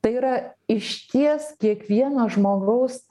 tai yra išties kiekvieno žmogaus